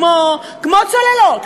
כמו צוללות,